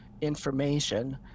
information